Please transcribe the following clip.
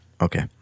Okay